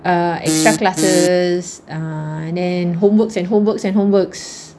a extra classes are and homeworks and homeworks and homeworks